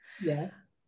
yes